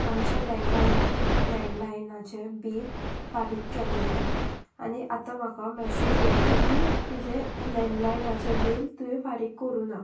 आमचे लँडलायन लँडलायनाचें बील फारीक केल्लें आनी आतां म्हाका मॅसेज आयल्या की तुजें लॅडलायनाचें बील तुवें फारीक करुना